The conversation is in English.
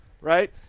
right